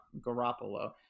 Garoppolo